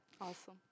Awesome